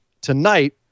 tonight